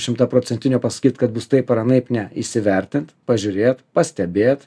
šimtaprocentinio pasakyt kad bus taip ar anaip ne įsivertint pažiūrėt pastebėt